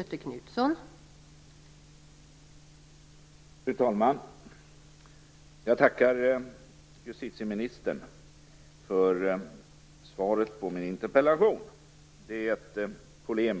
reservationen till utskottets beslut 1996/97:JuU8 s. 18